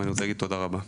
ואני רוצה להגיד תודה רבה.